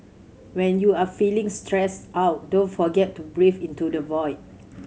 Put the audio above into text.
when you are feeling stressed out don't forget to breathe into the void